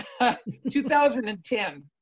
2010